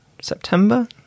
September